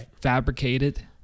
fabricated